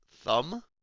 thumb